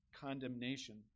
condemnation